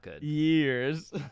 years